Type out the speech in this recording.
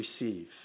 receive